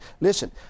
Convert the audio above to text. Listen